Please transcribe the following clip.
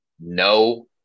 No